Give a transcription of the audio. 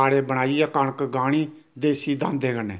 खलाड़े बनाइयै कनक गाह्नी देसी दांदे कन्नै